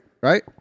right